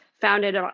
founded